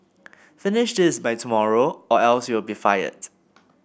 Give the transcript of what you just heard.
finish this by tomorrow or else you'll be fired